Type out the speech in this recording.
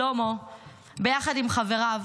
שלמה וחבריו